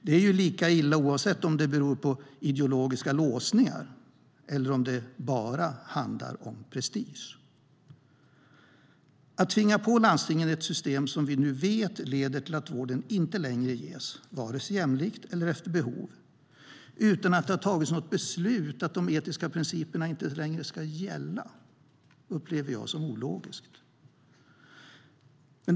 Det är lika illa vare sig det beror på ideologiska låsningar eller om det bara handlar om prestige. Att tvinga på landstingen ett system som vi nu vet leder till att vården inte längre ges vare sig jämlikt eller efter behov, utan något beslut om att de etiska principerna inte längre ska gälla, upplever jag som ologiskt.